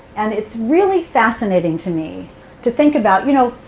and it's really fascinating to me to think about, you know,